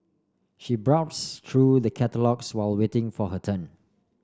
she browse through the catalogues while waiting for her turn